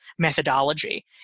methodology